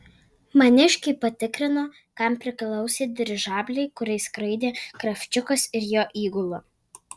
maniškiai patikrino kam priklausė dirižabliai kuriais skraidė kravčiukas ir jo įgula